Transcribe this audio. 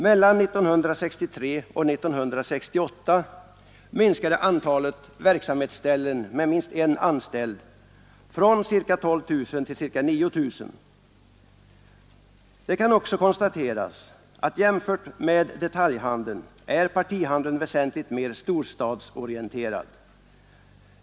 Mellan 1963 och 1968 minskade antalet verksamhetsställen med minst en anställd från ca 12 000 till ca 9 000. Det kan också konstateras att jämfört med detaljhandeln är partihandeln väsentligt mer storstadsorienterad.